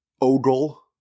ogle